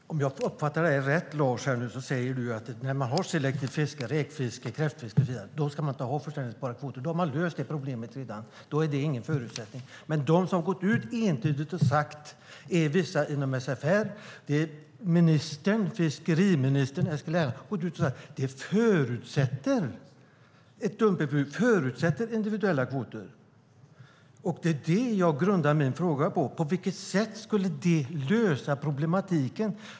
Herr talman! Om jag uppfattar dig rätt nu, Lars, säger du att när man har ett selekterat räkfiske, kräftfiske och så vidare ska man inte ha säljbara kvoter. Då har man redan löst det problemet, och då är det ingen förutsättning. Men vissa inom SFR och fiskeriminister Eskil Erlandsson har gått ut ensidigt och sagt att ett dumpningsförbud förutsätter individuella kvoter. Det är det jag grundar min fråga på: På vilket sätt skulle det lösa problematiken?